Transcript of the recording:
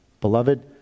Beloved